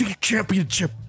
championship